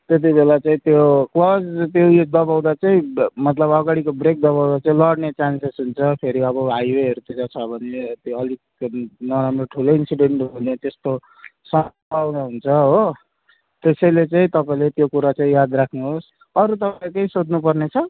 त्यति बेला चाहिँ त्यो क्लच त्यो दबाउँदा चाहिँ मतलब अगाडिको ब्रेक दबाउँदा चाहिँ लड्ने चान्सेस हुन्छ फेरि अब हाइवेहरूतिर छ भने त्यो अलिक त नराम्रो ठुलै इन्सिडेन्ट हुने त्यस्तो सम्भावना हुन्छ हो त्यसैले चाहिँ तपाईँले त्यो कुरा चाहिँ याद राख्नुहोस् अरू तपाईँलाई केही सोध्नुपर्ने छ